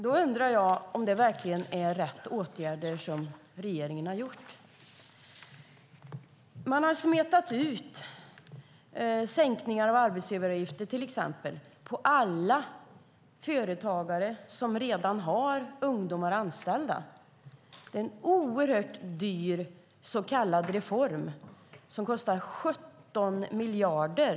Då undrar jag om det verkligen är rätt åtgärder som regeringen har vidtagit. Man har till exempel smetat ut sänkningar av arbetsgivaravgifter på alla företagare som redan har ungdomar anställda. Det är en oerhört dyr så kallad reform som kostar 17 miljarder.